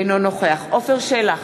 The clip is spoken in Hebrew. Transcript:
אינו נוכח עפר שלח,